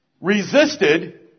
resisted